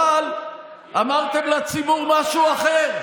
אבל אמרתם לציבור משהו אחר,